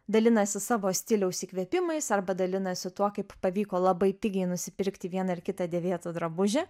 dalinasi savo stiliaus įkvėpimais arba dalinasi tuo kaip pavyko labai pigiai nusipirkti vieną ar kitą dėvėtą drabužį